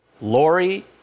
Lori